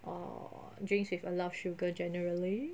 or drinks with a lot of sugar generally